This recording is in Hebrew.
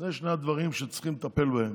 אלה שני הדברים שצריכים לטפל בהם.